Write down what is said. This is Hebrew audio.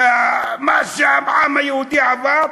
ומה שהעם היהודי עבר,